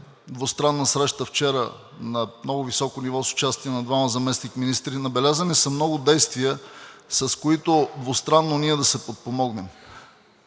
двустранна среща вчера на много високо ниво с участие на двама заместник-министри, набелязани са много действия, с които двустранно ние да се подпомогнем.